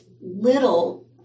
little